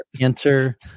enter